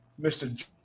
Mr